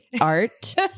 art